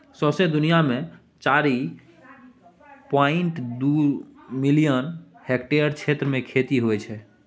सौंसे दुनियाँ मे चारि पांइट दु मिलियन हेक्टेयर क्षेत्र मे खेती होइ छै